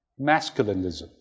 masculinism